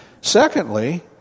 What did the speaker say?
Secondly